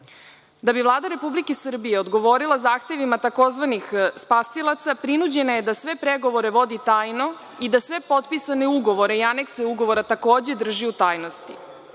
bi Vlada Republike Srbije odgovorila zahtevima tzv. spasilaca, prinuđena je da sve pregovore vodi tajno i da sve potpisane ugovore i anekse ugovora takođe drži u tajnosti.